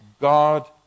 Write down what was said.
God